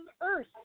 Earth